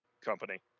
company